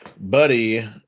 Buddy